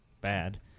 bad